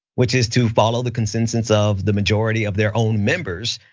which is to follow the consensus of the majority of their own members.